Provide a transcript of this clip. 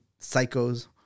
psychos